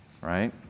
Right